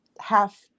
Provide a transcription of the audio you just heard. Half